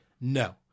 No